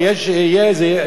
יש הצבעה על ההצעה הזאת או, ?